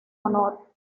honor